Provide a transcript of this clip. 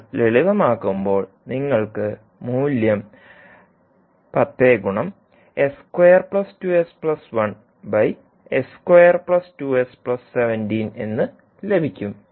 നിങ്ങൾ ലളിതമാക്കുമ്പോൾ നിങ്ങൾക്ക് മൂല്യം 10 s2 2 s 1 s2 2 s 17 എന്ന് ലഭിക്കും